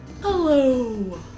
Hello